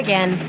Again